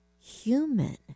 human